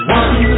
one